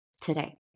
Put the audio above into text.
today